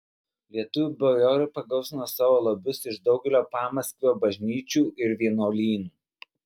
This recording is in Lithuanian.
lietuvių bajorai pagausino savo lobius iš daugelio pamaskvio bažnyčių ir vienuolynų